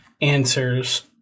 answers